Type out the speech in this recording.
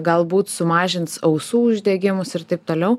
galbūt sumažins ausų uždegimus ir taip toliau